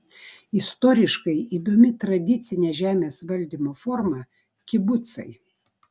istoriškai įdomi tradicinė žemės valdymo forma kibucai